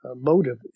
motive